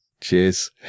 Cheers